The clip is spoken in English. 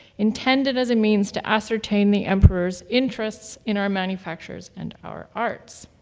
intended as a means to ascertain the emperor's interests in our manufacturers and our arts.